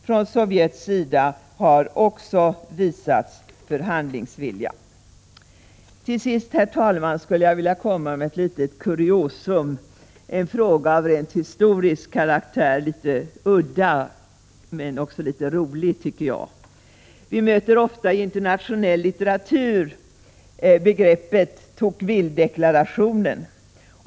Från Sovjets sida har också visats förhandlingsvilja. Till sist, herr talman, skulle jag vilja ta upp en fråga av historisk karaktär som är något av ett kuriosium, litet udda men också ganska rolig. Vi möter ofta i internationell litteratur begreppet Tocqueville-deklarationen.